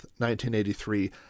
1983